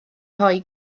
rhoi